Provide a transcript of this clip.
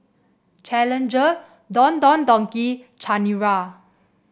Challenger Don Don Donki Chanira